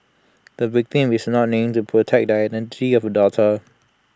the victim is not named to protect the identity of her daughter